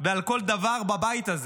ועל כל דבר בבית הזה.